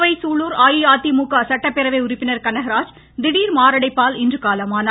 கோவை சூலூர் அஇஅதிமுக சட்டப்பேரவை உறுப்பினர் கனகராஜ் திடீர் மாரடைப்பால் இன்று காலமானார்